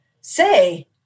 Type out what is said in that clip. say